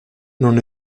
non